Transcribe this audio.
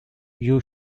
you